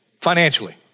Financially